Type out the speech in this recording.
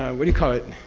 what do you call it?